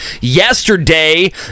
yesterday